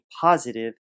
positive